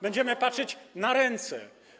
Będziemy patrzeć na ręce.